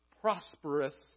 prosperous